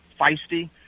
feisty